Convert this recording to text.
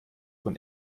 von